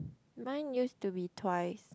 mine used to be twice